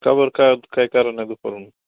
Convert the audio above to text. का बर काय काय कारण आहे दुपारून